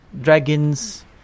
dragons